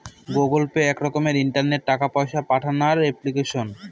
Google Pay এক রকমের ইন্টারনেটে টাকা পয়সা পাঠানোর এপ্লিকেশন